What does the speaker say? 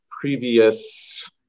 Previous